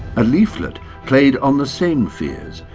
a leaflet played on the same fears,